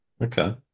Okay